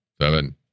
seven